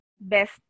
best